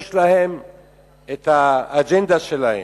יש להם האג'נדה שלהם.